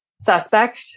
suspect